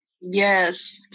Yes